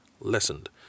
lessened